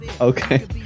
Okay